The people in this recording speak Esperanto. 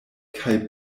kaj